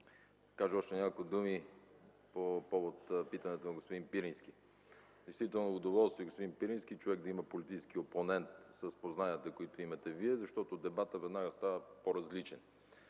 кажа още няколко думи по повод питането на господин Пирински. Действително удоволствие е, господин Пирински, човек да има политически опонент с познанията, които имате Вие, защото дебатът веднага става по-различен.